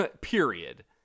Period